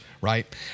right